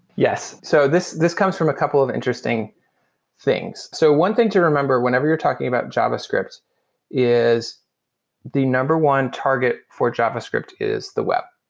yes. so this this comes from a couple of interesting things. so one thing to remember whenever you're talking about javascript is the number one target for javascript is the web.